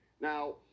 Now